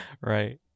Right